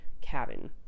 cabin